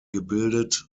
gebildet